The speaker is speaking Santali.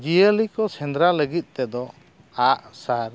ᱡᱤᱭᱟᱹᱞᱤ ᱠᱚ ᱥᱮᱸᱫᱽᱨᱟ ᱞᱟᱹᱜᱤᱫ ᱛᱮᱫᱚ ᱟᱜ ᱥᱟᱨ